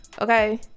Okay